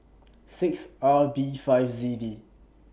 six R B five Z D